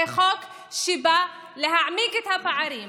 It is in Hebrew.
זה חוק שבא להעמיק את הפערים,